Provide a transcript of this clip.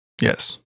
Yes